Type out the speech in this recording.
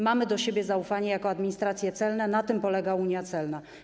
Mamy do siebie zaufanie jako administracje celne, na tym polega unia celna.